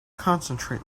concentrate